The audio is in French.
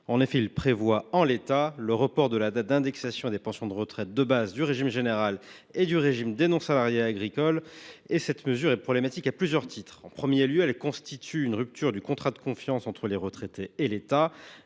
en effet, en l’état, le report de la date d’indexation des pensions de retraite de base du régime général et du régime des non salariés agricoles. Cette mesure est problématique à plusieurs titres. En premier lieu, elle constitue une rupture du contrat de confiance entre les retraités et l’État.